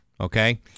Okay